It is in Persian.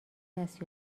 دست